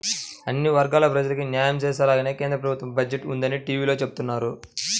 అన్ని వర్గాల ప్రజలకీ న్యాయం చేసేలాగానే కేంద్ర ప్రభుత్వ బడ్జెట్ ఉందని టీవీలో చెబుతున్నారు